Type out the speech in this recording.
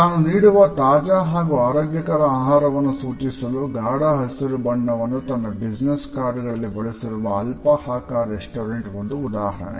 ತಾನು ನೀಡುವ ತಾಜಾ ಹಾಗೂ ಆರೋಗ್ಯಕರ ಆಹಾರವನ್ನು ಸೂಚಿಸಲು ಗಾಢ ಹಸಿರು ಬಣ್ಣವನ್ನು ತನ್ನ ಬಿಸಿನೆಸ್ ಕಾರ್ಡ್ ನಲ್ಲಿ ಬಳಸಿರುವ ಅಲ್ಬಹಾಕಾ ರೆಸ್ಟೋರೆಂಟ್ ಒಂದು ಉದಾಹರಣೆ